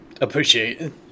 Appreciate